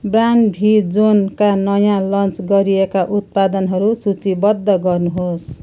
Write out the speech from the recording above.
brand भी जोनका नयाँ लन्च गरिएका उत्पादनहरू सूचीबद्ध गर्नुहोस्